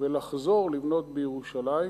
ולחזור לבנות בירושלים,